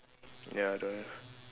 ya don't have